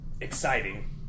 exciting